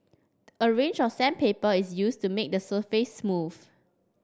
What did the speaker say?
a range of sandpaper is used to made the surface smooth